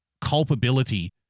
culpability